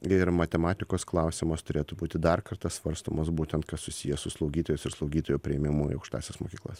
ir matematikos klausimas turėtų būti dar kartą svarstomas būtent kas susiję su slaugytojos ir slaugytojų priėmimu į aukštąsias mokyklas